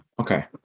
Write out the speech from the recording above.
Okay